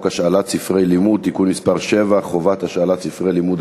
השאלת ספרי לימוד (תיקון מס' 7) (חובת השאלת ספרי לימוד),